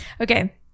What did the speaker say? Okay